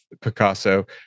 Picasso